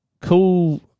cool